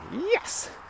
Yes